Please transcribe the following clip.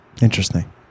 Interesting